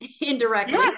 indirectly